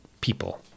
people